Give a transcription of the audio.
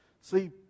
See